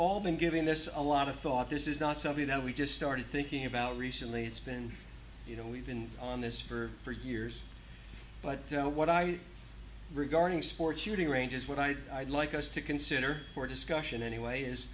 all been giving this a lot of thought this is not something that we just started thinking about recently it's been you know we've been on this for for years but what i regarding sports shooting ranges what i'd like us to consider for discussion anyway is